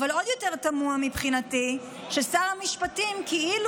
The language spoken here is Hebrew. עוד יותר תמוה מבחינתי זה ששר המשפטים כאילו